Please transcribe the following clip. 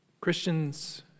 Christians